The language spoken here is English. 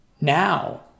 now